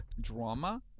Drama